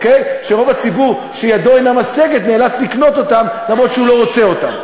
שרוב הציבור שידו אינה משגת נאלץ לקנות אותם למרות שהוא לא רוצה אותם.